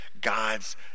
God's